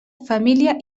família